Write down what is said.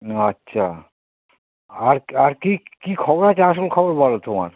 আচ্ছা আর আর কি কী খবর আছে আসল খবর বলো তোমার